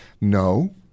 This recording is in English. No